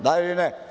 Da ili ne.